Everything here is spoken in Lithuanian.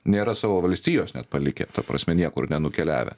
nėra savo valstijos net palikę ta prasme niekur nenukeliavę